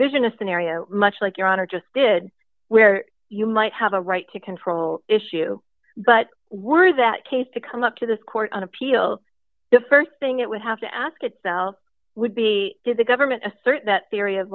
envision a scenario much like your honor just did where you might have a right to control issue but were that case to come up to this court on appeal the st thing it would have to ask itself would be to the government a certain that theory of